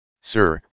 Sir